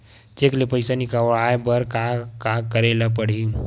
Cheque ले पईसा निकलवाय बर का का करे ल पड़हि?